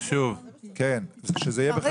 שזה יהיה בחקיקה.